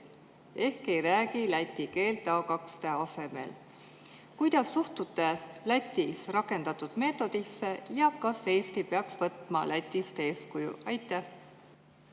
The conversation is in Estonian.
ehk ei räägi läti keelt A2-tasemel. Kuidas suhtute Lätis rakendatud meetodisse ja kas Eesti peaks võtma Lätist eeskuju? Aitäh,